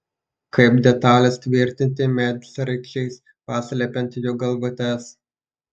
kaip detales tvirtinti medsraigčiais paslepiant jų galvutes